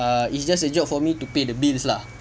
uh it's just a job for me to pay the bills lah